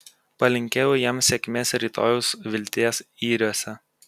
palinkėjau jam sėkmės rytojaus vilties yriuose